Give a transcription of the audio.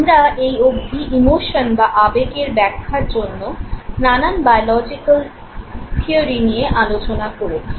আমরা এই অবধি ইমোশন বা আবেগের ব্যাখ্যার জন্য নানান বায়োলজিকাল থিয়োরি নিয়ে আলোচনা করেছি